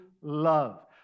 love